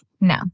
No